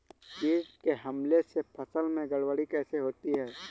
कीट के हमले से फसल में गड़बड़ी कैसे होती है?